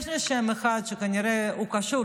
יש לי שם אחד שכנראה קשור,